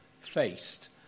faced